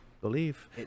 believe